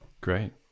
great